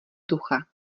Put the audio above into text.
ducha